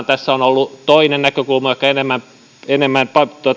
tässä on ollut toinen näkökulma ehkä enemmän